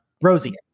Rosie